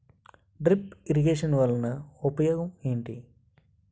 drip irrigation వలన ఉపయోగం ఏంటి